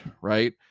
right